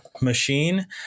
machine